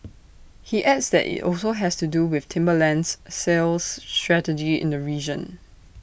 he adds that IT also has to do with Timberland's sales strategy in the region